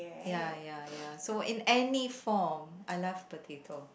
ya ya ya so in any form I love potato